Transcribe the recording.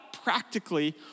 Practically